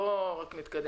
בואו נתקדם.